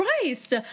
christ